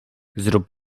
zrób